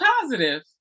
positive